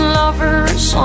lovers